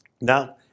Now